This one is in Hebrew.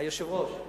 היושב-ראש.